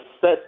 set